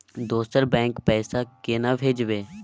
दोसर बैंक पैसा केना भेजबै?